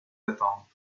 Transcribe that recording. attendre